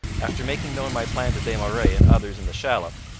after making known my plan to des marais and others in the shallop,